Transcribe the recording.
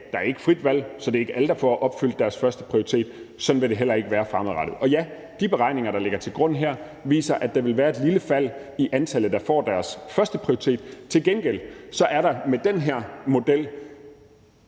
Der er ikke et frit valg, så det er ikke alle, der får opfyldt deres førsteprioritet, og sådan vil det heller ikke være fremadrettet. Og ja, de beregninger, der ligger til grund her, viser, at der vil være et lille fald i det antal, der får deres førsteprioritet. Til gengæld er der med den her model